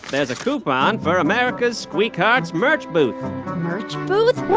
there's a coupon for america's squeakhearts merch booth merch booth?